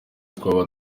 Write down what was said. twaba